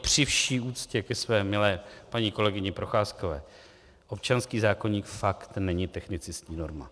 Při vší úctě ke své milé paní kolegyni Procházkové, občanský zákoník fakt není technicistní norma.